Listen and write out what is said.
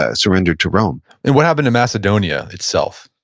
ah surrendered to rome and what happened to macedonia itself?